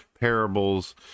parables